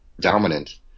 dominant